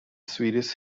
swedish